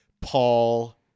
Paul